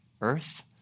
earth